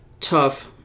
tough